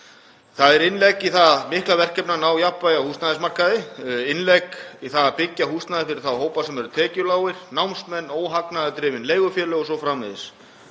Það er innlegg í það mikla verkefni að ná jafnvægi á húsnæðismarkaði, innlegg í það að byggja húsnæði fyrir þá hópa sem eru tekjulágir, námsmenn, óhagnaðardrifin leigufélög o.s.frv.